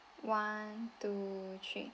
one two three